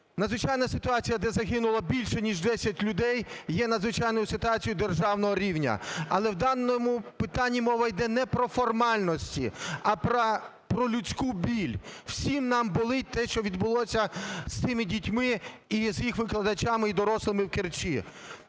надзвичайна ситуація, де загинуло більше ніж 10 людей, є надзвичайною ситуацією державного рівня. Але в даному питанні мова йде не про формальності, а про людську біль. Всім нам болить те, що відбулося з тими дітьми і з їх викладачами, і дорослими в Керчі.